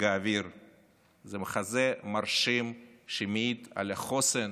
אוויר זה מחזה מרשים שמעיד על החוסן